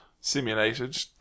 simulated